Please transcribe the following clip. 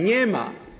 Nie ma.